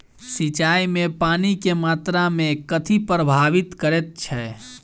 सिंचाई मे पानि केँ मात्रा केँ कथी प्रभावित करैत छै?